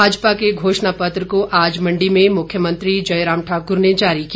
भाजपा के घोषणा पत्र को आज मंडी में मुख्यमंत्री जयराम ठाकुर ने जारी किया